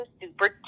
super